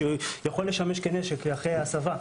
שיכול לשמש כנשק אחרי הסבה,